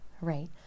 right